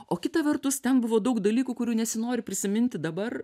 o kita vertus ten buvo daug dalykų kurių nesinori prisiminti dabar